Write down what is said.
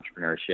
entrepreneurship